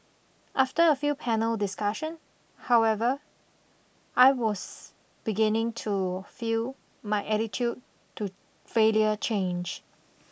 after a few panel discussion however I was beginning to feel my attitude to failure change